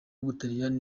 w’umutaliyani